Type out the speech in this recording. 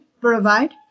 provide